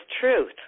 truth